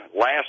last